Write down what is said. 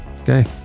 okay